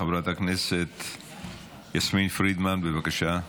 חברת הכנסת יסמין פרידמן, בבקשה.